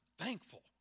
thankful